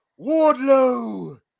Wardlow